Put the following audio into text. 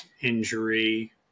injury